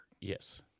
Yes